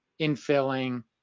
infilling